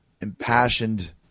impassioned